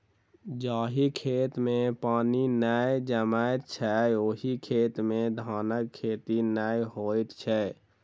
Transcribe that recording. जाहि खेत मे पानि नै जमैत छै, ओहि खेत मे धानक खेती नै होइत छै